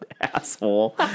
asshole